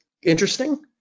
interesting